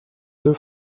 deux